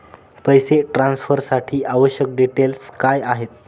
पैसे ट्रान्सफरसाठी आवश्यक डिटेल्स काय आहेत?